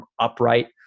upright